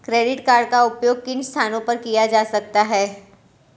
Credit card का उपयोग किन स्थानों पर किया जा सकता है?